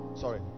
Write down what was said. sorry